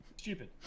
Stupid